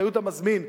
אחריות המזמין,